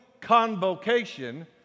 convocation